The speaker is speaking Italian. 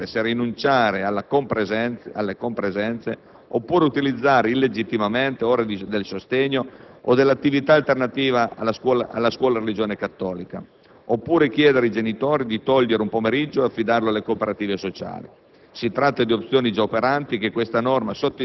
Le scuole che hanno istituito il tempo pieno dovranno scegliere se rinunciare alla compresenze o utilizzare illegittimamente ore del sostegno o dell'attività alternativa alla religione cattolica o, infine, chiedere ai genitori di togliere un pomeriggio ed affidarlo alle cooperative sociali.